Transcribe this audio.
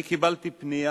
אני קיבלתי פניה